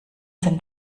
sind